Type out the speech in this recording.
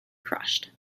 crushed